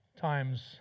times